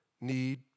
need